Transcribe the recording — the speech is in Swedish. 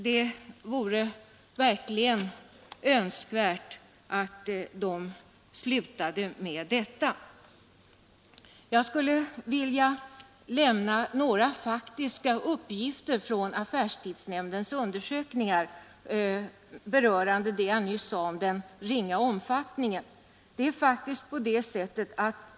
Det är verkligen önskvärt att företagen slutar med det. I anslutning till vad jag nyss sade om den ringa omfattningen av öppethållandet vill jag sedan också lämna några faktiska uppgifter från affärstidsnämndens undersökningar.